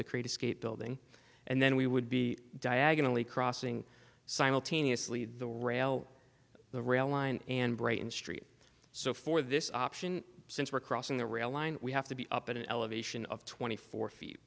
creative skate building and then we would be diagonally crossing simultaneously the rail the rail line and brake in street so for this option since we're crossing the rail line we have to be up at an elevation of twenty four feet